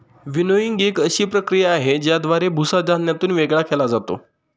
winnowing एक अशी प्रक्रिया आहे, ज्याद्वारे भुसा धान्यातून वेगळा केला जातो